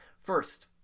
First